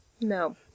No